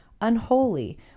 unholy